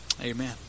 amen